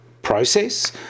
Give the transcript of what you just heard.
process